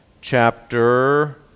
chapter